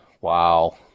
wow